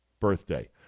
birthday